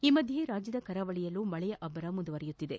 ಈ ಮಧ್ಯೆ ರಾಜ್ಯದ ಕರಾವಳಿಯಲ್ಲೂ ಮಳೆಯ ಅಬ್ಬರ ಮುಂದುವರಿದಿದೆ